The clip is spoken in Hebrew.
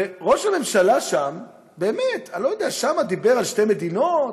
ראש הממשלה דיבר שם על שתי מדינות,